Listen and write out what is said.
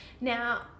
Now